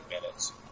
minutes